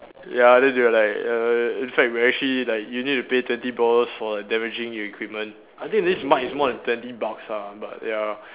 ya then they were like err in fact we're actually like you need to pay twenty dollars for damaging the equipment I think this mic is more than twenty bucks ah but ya